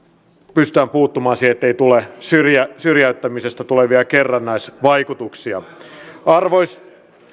pystytään puuttumaan siihen ettei tule syrjäyttämisestä tulevia kerrannaisvaikutuksia